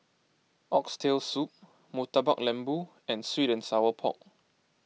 Oxtail Soup Murtabak Lembu and Sweet and Sour Pork